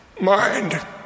mind